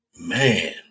man